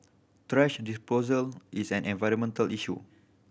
thrash disposal is an environmental issue